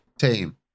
team